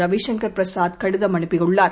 ரவிசங்கர்பிரசாத்கடிதம்அனுப்பியு ள்ளார்